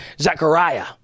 Zechariah